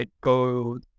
go